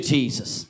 Jesus